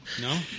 No